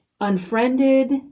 Unfriended